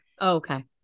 okay